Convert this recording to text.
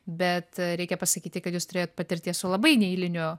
bet reikia pasakyti kad jūs turėjot patirties su labai neeiliniu